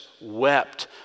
wept